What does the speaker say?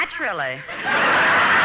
Naturally